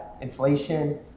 inflation